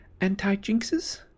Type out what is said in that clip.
Anti-jinxes